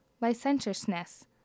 licentiousness